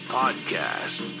podcast